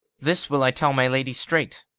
this will i tell my lady straight.